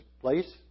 place